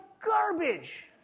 garbage